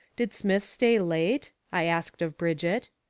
did smith stay late? i asked of brigitte.